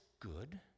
good